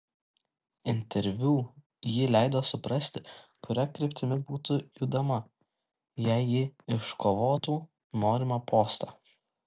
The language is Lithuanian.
interviu ji leido suprasti kuria kryptimi būtų judama jei ji iškovotų norimą postą